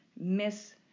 miss